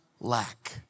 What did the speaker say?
lack